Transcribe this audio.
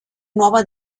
nuova